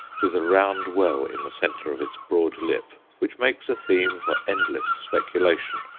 with a round well in the centre of its broad lip, which makes a theme for endless speculation.